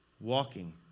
walking